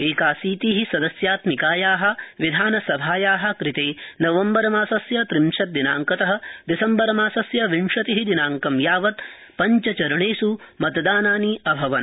एकाशीति सदस्यात्मिकाया विधानसभाया कृते नवम्बरमासस्य त्रिंशत् दिनांकत दिसम्बर मासस्य विंशति दिनांकं यावत् पञ्चचरणेष् मतदानानि अभवन्